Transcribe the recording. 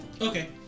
Okay